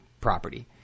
property